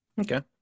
Okay